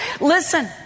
Listen